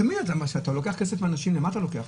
תמיד כשאתה לוקח כסף מאנשים, לשם מה אתה לוקח?